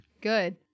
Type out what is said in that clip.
good